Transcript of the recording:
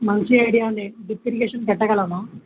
మంచి ఐడియా ఉండి గర్ఫఫికేషన్ కట్టగలమా